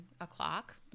o'clock